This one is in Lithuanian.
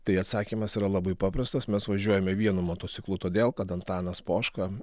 tai atsakymas yra labai paprastas mes važiuojame vienu motociklu todėl kad antanas poška